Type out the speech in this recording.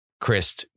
Chris